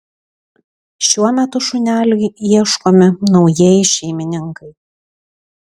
šiuo metu šuneliui ieškomi naujieji šeimininkai